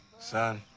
son,